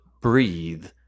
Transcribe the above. breathe